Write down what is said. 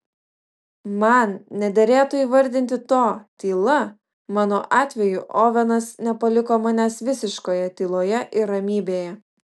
man nederėtų įvardinti to tyla mano atveju ovenas nepaliko manęs visiškoje tyloje ir ramybėje